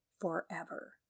forever